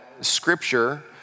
scripture